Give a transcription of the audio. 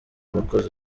bakoze